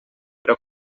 però